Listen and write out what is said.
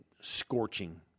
scorching